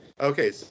Okay